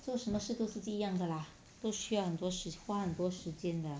做什么事都是这样的 lah 都需要很多时花很多时间的